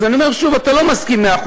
אני אומר שוב: אתה לא מסכים 100%,